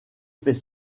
fait